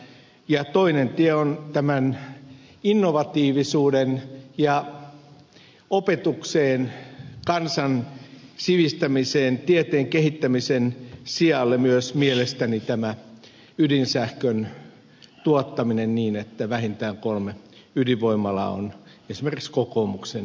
ja toinen tie on tämän innovatiivisuuden ja opetuksen kansan sivistämisen tieteen kehittämisen sijalle myös mielestäni tämä ydinsähkön tuottaminen niin että vähintään kolme ydinvoimalaa on esimerkiksi kokoomuksen linja